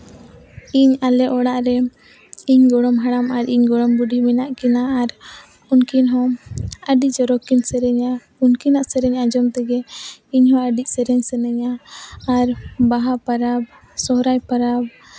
ᱤᱧ ᱟᱞᱮ ᱚᱲᱟᱜ ᱨᱮ ᱤᱧ ᱜᱚᱲᱚᱢ ᱦᱟᱲᱟᱢ ᱟᱨ ᱤᱧ ᱜᱚᱲᱚᱢ ᱵᱩᱰᱷᱤ ᱢᱮᱱᱟᱜ ᱠᱤᱱᱟ ᱟᱨ ᱩᱱᱠᱤᱱ ᱦᱚᱸ ᱟᱹᱰᱤ ᱪᱚᱨᱚᱠ ᱠᱤᱱ ᱥᱮᱨᱮᱧᱟ ᱩᱱᱠᱤᱱᱟᱜ ᱥᱮᱨᱮᱧ ᱟᱡᱳᱢ ᱛᱮᱜᱮ ᱤᱧ ᱦᱚᱸ ᱟᱹᱰᱤ ᱥᱮᱨᱮᱧ ᱥᱟᱹᱱᱟᱹᱧᱟ ᱟᱨ ᱵᱟᱦᱟ ᱯᱚᱨᱚᱵᱽ ᱥᱚᱨᱦᱟᱭ ᱯᱚᱨᱚᱵᱽ